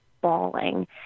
bawling